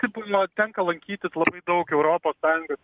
kaip man tenka lankytis labai daug europos sąjungos